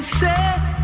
say